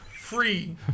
Free